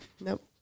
nope